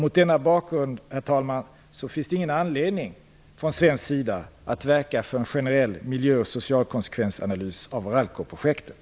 Mot denna bakgrund finns det ingen anledning att från svensk sida verka för en generell miljö och socialkonsekvensanalys av Ralcoprojektet.